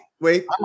Wait